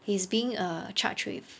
he's being err charged with